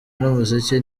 n’umuziki